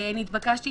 מדויק.